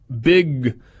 big